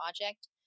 project